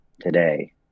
today